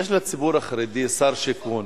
יש לציבור החרדי שר שיכון,